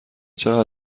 چقدر